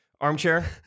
armchair